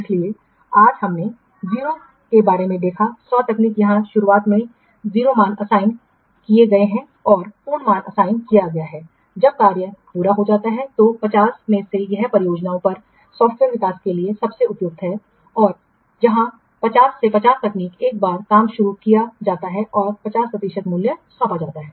इसलिए आज हमने 0 के बारे में देखा है 100 तकनीक जहां शुरुआत में 0 मान असाइन किए गए हैं और पूर्ण मान असाइन किया गया है जब नौकरी पूरी हो जाती है तो 50 में यह परियोजनाओं पर सॉफ्टवेयर विकास के लिए सबसे उपयुक्त है और यहां 50 से 50 तकनीक एक बार काम शुरू किया जाता है और 50 प्रतिशत मूल्य सौंपा जाता है